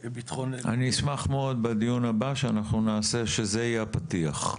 אני אשמח מאוד שנעשה בדיון הבא שזה יהיה הפתיח,